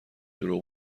دروغ